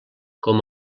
com